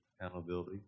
accountability